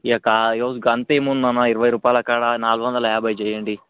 ఇక కాయో అంతేముంది అన్న ఇరవై రూపాయలు కాడ నాలుగు వందల యాభై చేయండి